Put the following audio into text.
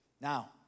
Now